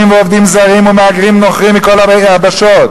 ועובדים זרים ומהגרים נוכרים מכל היבשות.